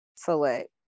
select